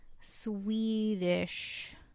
Swedish